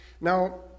Now